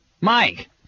Mike